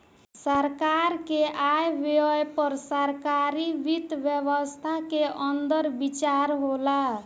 सरकार के आय व्यय पर सरकारी वित्त व्यवस्था के अंदर विचार होला